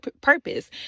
purpose